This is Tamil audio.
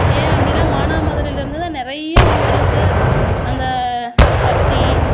ஏன் அப்படின்னா மானாமதுரையில் இருந்து தான் நிறைய ஊர்களுக்கு அந்த சட்டி